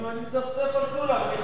מצפצף על כולם, מחלק משרות